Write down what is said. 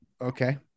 Okay